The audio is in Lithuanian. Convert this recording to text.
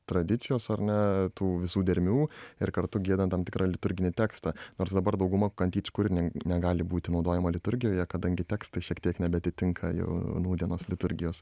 tradicijos ar ne tų visų dermių ir kartu giedant tam tikrą liturginį tekstą nors dabar dauguma kantyčkų ir ne negali būti naudojama liturgijoje kadangi tekstai šiek tiek nebeatitinka jau nūdienos liturgijos